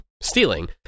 stealing